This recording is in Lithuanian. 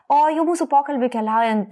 o jau mūsų pokalbiui keliaujant